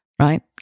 right